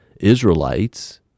Israelites